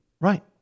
Right